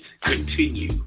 continue